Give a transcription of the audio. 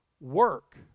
work